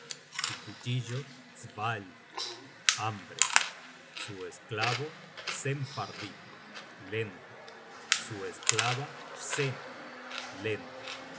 su cuchillo svaelt hambre su esclavo senfaerdig lento su esclava sena lenta